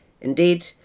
Indeed